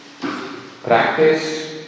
practice